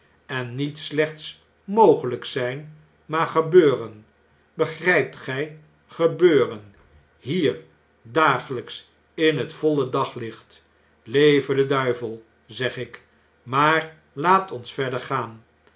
en niet slechts mogelgk zjjn maar gebeuren begrjjpt gij gebeuren hier dageljjks in het voile daglicht leve de duivel zeg ik maar laat ons verder gaan